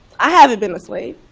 i haven't been a slave,